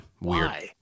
weird